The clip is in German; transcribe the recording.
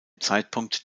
zeitpunkt